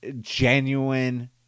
genuine